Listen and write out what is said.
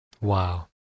Wow